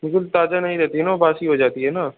तो फिर ताज़ा नहीं रहती है ना वह बासी हो जाती है ना